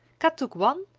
kat took one,